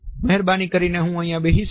મહેરબાની કરીને હું અહિયાં બેસી શકું